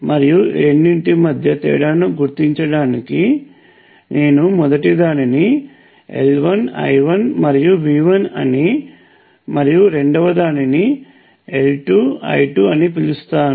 మరియు ఈ రెండింటి మధ్య తేడాను గుర్తించడానికి నేను మొదటి దానిని L1 I1 మరియు V1 అని మరియు రెండవ దానిని L2 I2 అని పిలుస్తాను